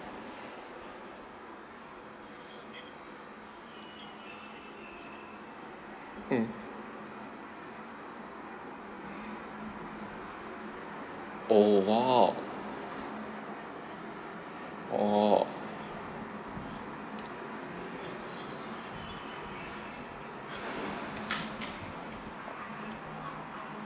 mm oh wow oh